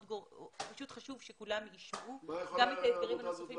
שחשוב שכולם ישמעו גם את ההסברים הנוספים.